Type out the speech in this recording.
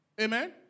Amen